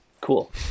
Cool